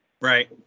Right